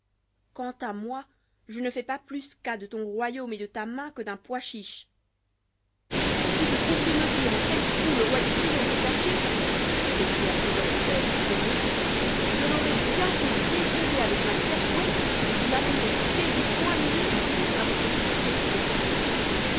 quant moi je ne fais pas plus de cas de ton royaume et de ta main que d'un pois chiche si vous pouviez me dire en quel trou le roi des grillons s'est caché s'écria trésor des fèves furieux je l'aurais bientôt déterré avec ma serfouette et je l'amènerais pieds et poings liés princesse à votre discrétion